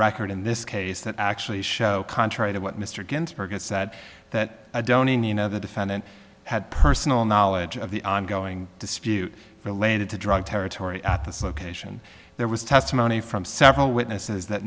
record in this case that actually show contrary to what mr ginsberg has said that don't you know the defendant had personal knowledge of the ongoing dispute related to drug territory at this location there was testimony from several witnesses that